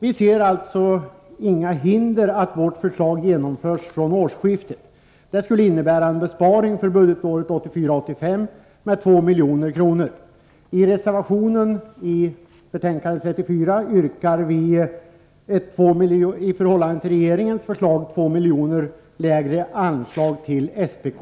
Vi ser alltså inga hinder för att vårt förslag genomförs från årsskiftet. Detta skulle innebära en besparing för budgetåret 1984/85 med 2 milj.kr. I reservationen till betänkande 34 yrkar vi ett i förhållande till regeringens förslag 2 miljoner lägre anslag till SPK.